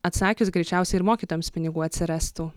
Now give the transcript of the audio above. atsakius greičiausiai ir mokytojams pinigų atsirastų